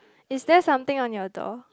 is there something on your door